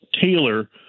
tailor